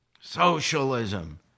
Socialism